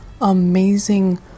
amazing